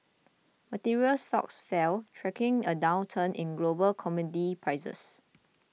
materials stocks fell tracking a downturn in global commodity prices